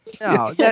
no